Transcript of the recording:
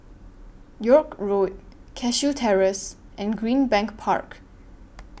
York Road Cashew Terrace and Greenbank Park